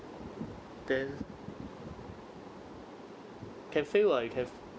then can feel lah you can feel